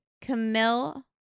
Camille